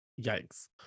Yikes